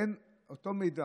אין אותו מידע,